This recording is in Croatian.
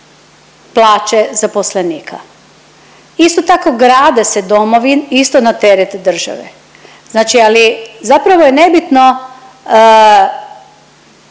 plaće zaposlenika. Isto tako grade se domovi isto na teret države. Znači ali zapravo je nebitno